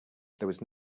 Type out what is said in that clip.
was